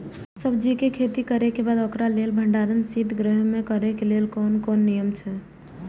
सब्जीके खेती करे के बाद ओकरा लेल भण्डार शित गृह में करे के लेल कोन कोन नियम अछि?